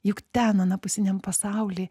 juk ten anapusiniam pasauly